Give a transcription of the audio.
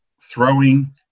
throwing –